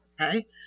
Okay